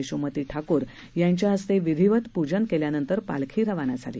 यशोमती ठाकर यांच्या हस्ते विधीवत पूजन केल्यानंतर पालखी रवाना झाली